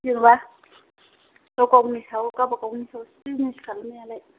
जेनेबा गाव गावनि सायाव गावबागावनि सायावसो बिजिनेस खालामनायालाय